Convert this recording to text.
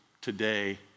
today